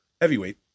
heavyweight